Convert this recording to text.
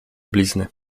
blizny